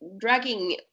dragging